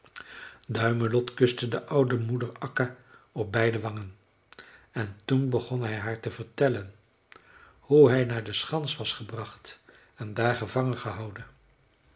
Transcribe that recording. duimelot kuste de oude moeder akka op beide wangen en toen begon hij haar te vertellen hoe hij naar de schans was gebracht en daar gevangen gehouden